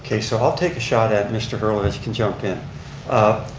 ah okay so i'll take a shot at mr. harlan can jump in.